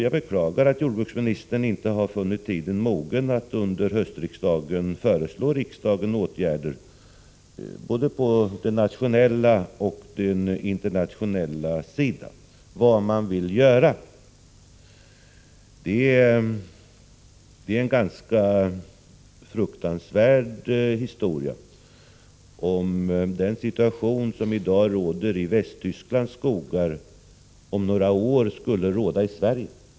Jag beklagar att jordbruksministern inte finner tiden mogen att under hösten föreslå riksdagen åtgärder vare sig på den nationella eller på den internationella sidan. Det vore en fruktansvärd historia om den situation som i dag råder i Västtysklands skogar om några år skulle råda i Sverige.